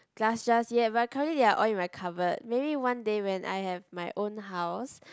glass jars yet but currently they're all in my cupboard maybe one day when I have my own house